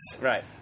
Right